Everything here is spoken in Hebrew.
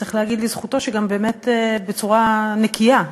וצריך להגיד לזכותו שגם באמת בצורה נקייה,